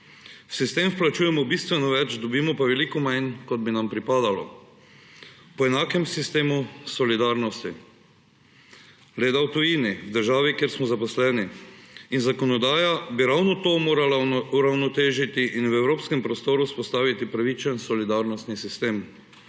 V sistem vplačujemo bistveno več, dobimo pa veliko manj, kot bi nam pripadalo po enakem sistemu solidarnosti, le da v tujini, v državi, kjer smo zaposleni. In zakonodaja bi ravno to morala uravnotežiti in v evropskem prostoru vzpostaviti pravičen solidarnostni sistem.